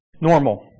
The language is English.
normal